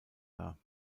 dar